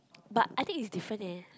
but I think is different eh